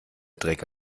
dreck